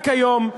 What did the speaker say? רק היום,